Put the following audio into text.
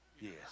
Yes